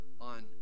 on